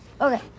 Okay